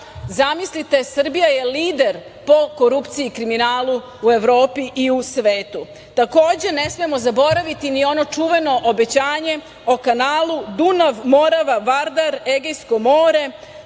Zamislite, Srbija je lider po korupciji i kriminalu u Evropi i u svetu. Takođe, ne smemo zaboraviti ni ono čuveno obećanje o kanalu Dunav-Morava-Vardar-Egejsko more.